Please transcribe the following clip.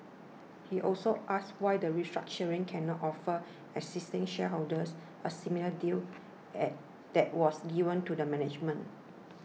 he also asked why the restructuring cannot offer existing shareholders a similar deal that was given to the management